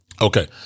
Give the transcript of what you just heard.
Okay